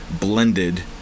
blended